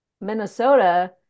Minnesota